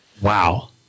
Wow